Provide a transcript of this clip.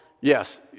yes